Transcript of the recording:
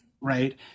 right